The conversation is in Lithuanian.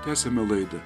tęsiame laidą